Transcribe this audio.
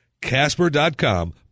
Casper.com